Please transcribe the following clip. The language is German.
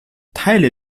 teile